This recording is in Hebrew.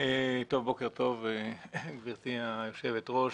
בוקר טוב, גברתי היושבת ראש.